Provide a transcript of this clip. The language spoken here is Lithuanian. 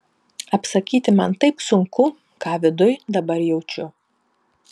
apsakyti man taip sunku ką viduj dabar jaučiu